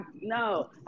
No